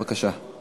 בבקשה.